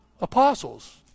Apostles